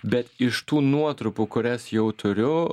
bet iš tų nuotrupų kurias jau turiu